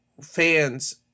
fans